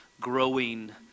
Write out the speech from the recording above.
growing